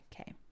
Okay